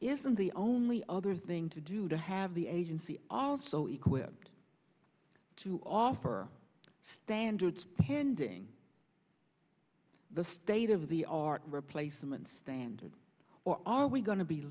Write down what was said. isn't the only other thing to do to have the agency also equipped to offer standards pending the state of the art replacement standards or are we going to be